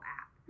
app